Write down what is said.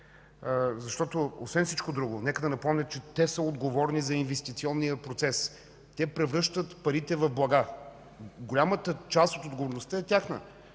местните власти. Нека да напомня, че те са отговорни за инвестиционния процес. Те превръщат парите в блага. Голяма част от отговорността е тяхна.